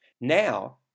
Now